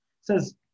says